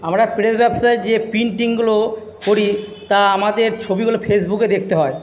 আমরা প্রেস ব্যবসায়ের যে প্রিন্টিংগুলো করি তা আমাদের ছবিগুলো ফেসবুকে দেখতে হয়